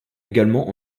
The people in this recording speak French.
également